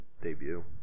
debut